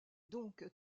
donc